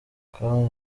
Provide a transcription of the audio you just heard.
kawa